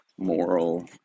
moral